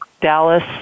Dallas